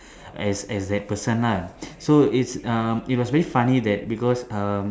as that as that person lah so its um it was very funny that because um